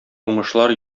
уңышлар